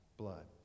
blood